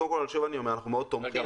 קודם כל אני אומר שכל שבע שנים --- רגע,